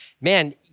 Man